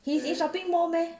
he's in shopping mall meh